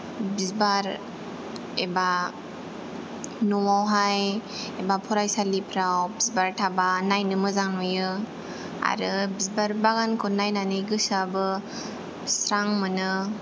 बिबार एबा न'आवहाय एबा फरायसालिफ्राव बिबार थाबा नायनो मोजां नुयो आरो बिबार बागानखौ नायनानै गोसोआबो स्रां मोनो